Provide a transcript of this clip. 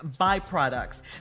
byproducts